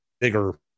bigger